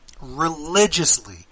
religiously